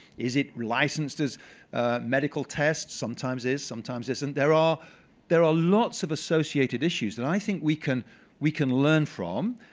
is it licensed as medical tests? sometimes is. sometimes isn't. there ah there are lots of associated issues, and i think we can we can learn from.